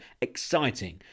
exciting